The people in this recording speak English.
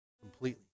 Completely